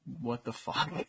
what-the-fuck